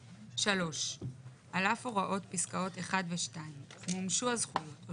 3. על אף הוראות פסקאות 1 ו-2 מומשו הזכויות או